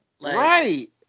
Right